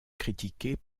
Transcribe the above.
critiquées